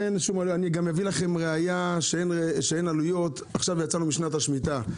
אין, ויצאנו עכשיו משנת השמיטה,